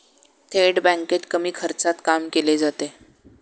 थेट बँकेत कमी खर्चात काम केले जाते